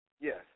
yes